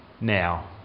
Now